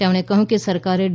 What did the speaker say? તેમણે કહ્યું કે સરકારે ડી